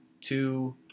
two